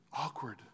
Awkward